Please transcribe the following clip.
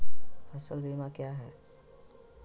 फ़सल बीमा क्या है?